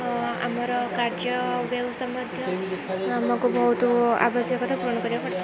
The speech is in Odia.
ଓ ଆମର କାର୍ଯ୍ୟ ବେଉସା ମଧ୍ୟ ଆମକୁ ବହୁତ ଆବଶ୍ୟକତା ପୂରଣ କରିବାକୁ ପଡ଼ିଥାଏ